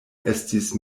estis